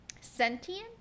sentient